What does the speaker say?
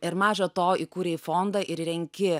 ir maža to įkūrei fondą ir renki